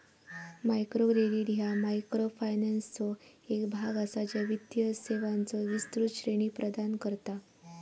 micro credit ह्या मायक्रोफायनान्सचो एक भाग असा, ज्या वित्तीय सेवांचो विस्तृत श्रेणी प्रदान करता